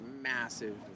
massive